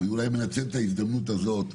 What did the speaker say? אני אולי מנצל את ההזדמנות הזאת,